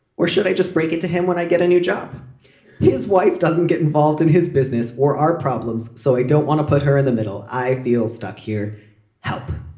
or should i just break it to him when i get a new job his wife doesn't get involved in his business or our problems so i don't want to put her in the middle. i feel stuck here help